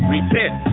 Repent